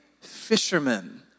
fishermen